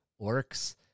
orcs